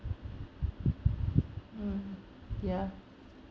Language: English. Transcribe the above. um ya